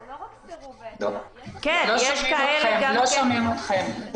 זה לא רק סירוב --- לא שומעים אתכם.